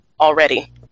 already